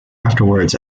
afterwards